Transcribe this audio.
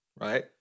right